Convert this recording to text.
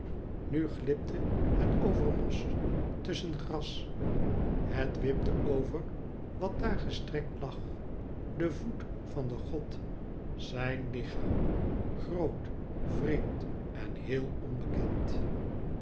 nu glipte het over mos tusschen gras het wipte over wat daar gestrekt lagden voet van den god zijn lichaam groot vreemd en heel onbekend